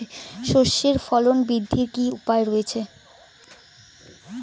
সর্ষের ফলন বৃদ্ধির কি উপায় রয়েছে?